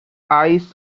eyes